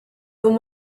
then